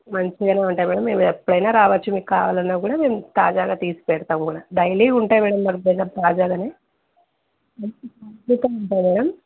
మంచిగానే ఉంటాయి మేడం మీరు ఎప్పుడైనా రావచ్చు మీకు కావాలన్నా కూడా మేము తాజాగా తీసి పెడతాము కూడా డైలీ ఉంటాయి మేడం మా దగ్గర తాజాగానే ఉంటాయి మేడం